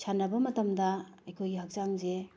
ꯁꯥꯟꯅꯕ ꯃꯇꯝꯗ ꯑꯩꯈꯣꯏꯒꯤ ꯍꯛꯆꯥꯡꯁꯦ